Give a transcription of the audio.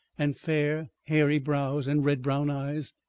and fair hairy brows and red-brown eyes.